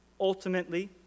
ultimately